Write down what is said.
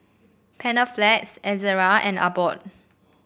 Panaflex Ezerra and Abbott